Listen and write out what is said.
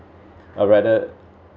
a rather